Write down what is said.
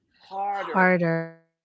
harder